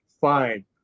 fine